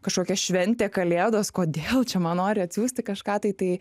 kažkokia šventė kalėdos kodėl čia man nori atsiųsti kažką tai tai